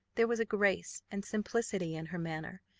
there was a grace and simplicity in her manner,